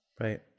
Right